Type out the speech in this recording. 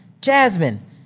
Jasmine